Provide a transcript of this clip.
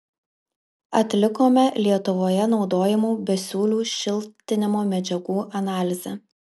atlikome lietuvoje naudojamų besiūlių šiltinimo medžiagų analizę